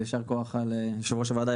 יושב-ראש הוועדה,